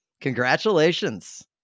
Congratulations